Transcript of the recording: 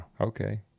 Okay